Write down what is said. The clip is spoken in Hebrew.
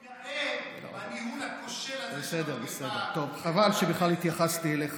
עוד מתגאה בניהול הכושל הזה של המגפה,